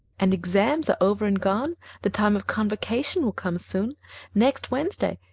and exams are over and gone the time of convocation will come soon next wednesday.